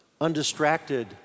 undistracted